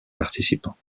participants